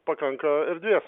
pakanka erdvės